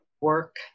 work